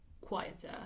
quieter